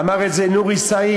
אמר את זה נורי אל-סעיד.